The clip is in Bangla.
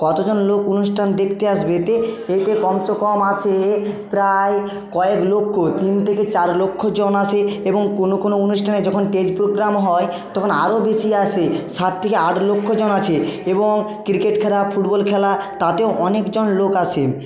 কতোজন লোক অনুষ্ঠান দেখতে আসবে এতে এতে কম সে কম আসে প্রায় কয়েক লক্ষ তিন থেকে চার লক্ষ জন আসে এবং কোনো কোনো অনুষ্ঠানে যখন স্টেজ প্রোগ্রাম হয় তখন আরো বেশি আসে সাত থেকে আট লক্ষ জন আছে এবং ক্রিকেট খেলা ফুটবল খেলা তাতেও অনেকজন লোক আসে